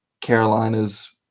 Carolina's